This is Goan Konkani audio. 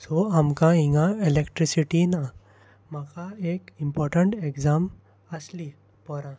सो आमकां हांगा इलॅक्ट्रिसिटी ना म्हाका एक इम्पोटंट एग्जाम आसली परवां